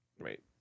Right